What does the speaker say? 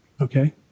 Okay